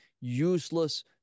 useless